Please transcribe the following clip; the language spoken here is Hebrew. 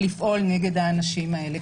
יכולה לפעול נגד האנשים האלה.